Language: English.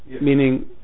Meaning